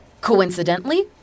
Coincidentally